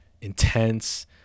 intense